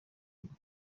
bwo